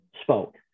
spoke